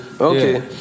Okay